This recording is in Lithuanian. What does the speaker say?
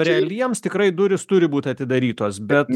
realiems tikrai durys turi būt atidarytos bet